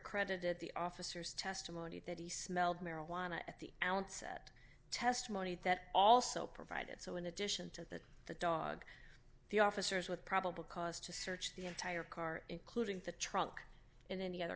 credited the officers testimony that he smelled marijuana at the outset testimony that also provided so in addition to that the dog the officers with probable cause to search the entire car including the truck and any other